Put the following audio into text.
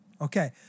Okay